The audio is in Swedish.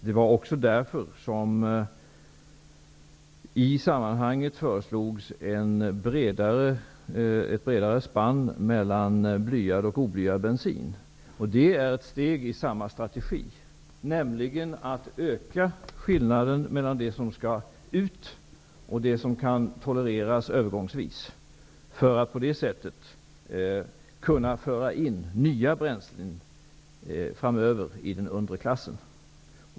Det var därför som det i sammanhanget föreslogs ett bredare spann mellan blyad och oblyad bensin. Det är ett led i samma strategi, nämligen att öka skillnaden mellan de bränslen som skall ut och de som kan tolereras i en övergång för att man framöver skall kunna föra in nya bränslen i den undre klassen.